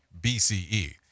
BCE